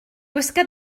gwisga